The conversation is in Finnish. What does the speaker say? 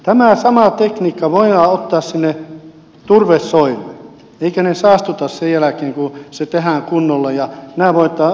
tämä sama tekniikka voidaan ottaa sinne turvesoille eivätkä ne saastuta sen jälkeen kun se tehdään kunnolla ja nämä voidaan ottaa hyötykäyttöön